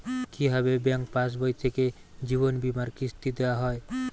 কি ভাবে ব্যাঙ্ক পাশবই থেকে জীবনবীমার কিস্তি দেওয়া হয়?